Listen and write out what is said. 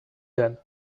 then